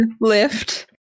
lift